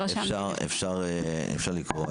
אפשר לקרוא.